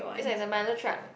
it's like the minor truck